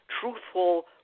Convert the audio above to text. truthful